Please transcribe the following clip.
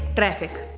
traffic.